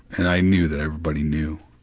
and i knew that everybody knew.